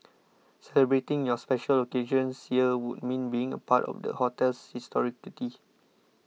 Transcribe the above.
celebrating your special occasions here would mean being a part of the hotel's historicity